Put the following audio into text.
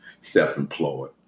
self-employed